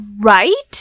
right